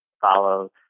follow